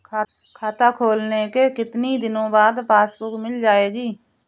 खाता खोलने के कितनी दिनो बाद पासबुक मिल जाएगी?